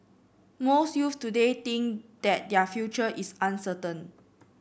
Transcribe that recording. most youths today think that their future is uncertain